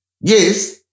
Yes